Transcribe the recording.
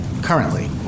currently